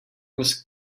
was